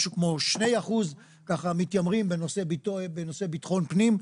שני אחוזים מתיימרים לנושא הביטחון פנים.